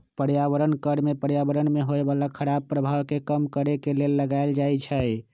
पर्यावरण कर में पर्यावरण में होय बला खराप प्रभाव के कम करए के लेल लगाएल जाइ छइ